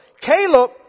Caleb